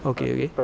okay okay